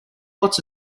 lots